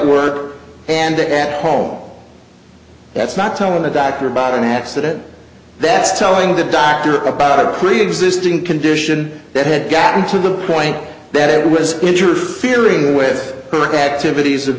work and at home that's not telling the doctor about an accident that's telling the doctor about a preexisting condition that had gotten to the point that it was interfering with her activities of